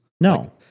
No